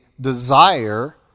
desire